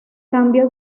cambió